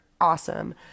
awesome